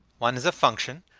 one is a function.